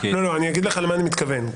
אני אגיד לך למה אני מתכוון.